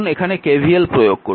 এখন এখানে KVL প্রয়োগ করুন